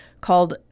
called